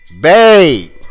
babe